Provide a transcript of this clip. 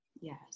Yes